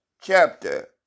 chapter